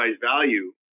value